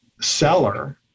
seller